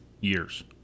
years